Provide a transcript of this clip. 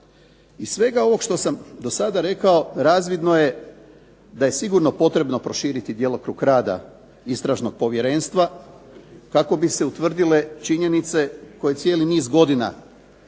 Iz svega ovog što sam do sada rekao razvidno je da je sigurno potrebno proširiti djelokrug rada Istražnog povjerenstva kako bi se utvrdile činjenice koje cijeli niz godina